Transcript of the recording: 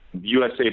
USA